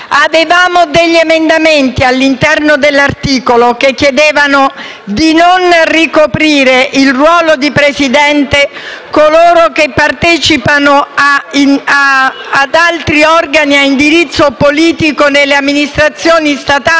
presentato degli emendamenti all'articolo 3 che chiedevano che non potessero ricoprire il ruolo di Presidente coloro che partecipano ad altri organi a indirizzo politico nelle amministrazioni statali,